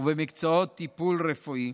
ובמקצועות טיפול רפואי,